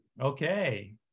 Okay